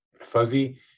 fuzzy